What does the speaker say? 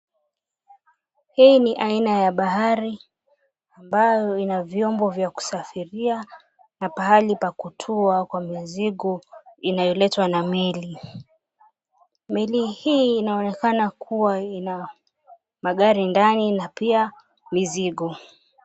Hii ni aina ya bahari, ambayo ina vyombo vya kusafiria, na pahali pa kutua kwa mizigo inayoletwa na meli. Meli hii inaonekana kuwa ina magari ndani, na pia mizigo.